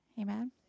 Amen